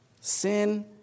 Sin